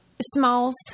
smalls